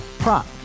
Prop